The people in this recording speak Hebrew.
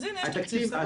אז הנה, יש תקציב.